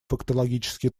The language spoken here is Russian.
фактологический